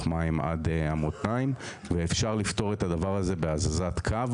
מים עד המותניים ואפשר לפתור את הדבר הזה בהזזת קו,